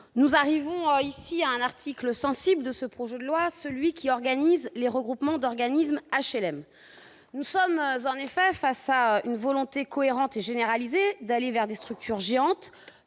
Nous en arrivons à un article sensible de ce projet de loi, celui qui organise les regroupements d'organismes d'HLM. Nous sommes face à une volonté cohérente et généralisée d'aller vers la constitution de structures géantes,